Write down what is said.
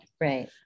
right